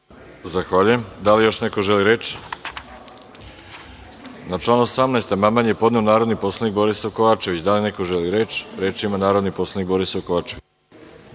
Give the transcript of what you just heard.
Zahvaljujem. Da li još neko želi reč? Na član 18. amandman je podneo narodni poslanik Borisav Kovačević. Da li neko želi reč? Reč ima narodni poslanik Borislav Kovačević.